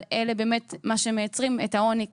אבל אלה באמת מה שמייצרים את העוני כרב-דורי.